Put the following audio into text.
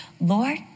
Lord